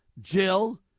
Jill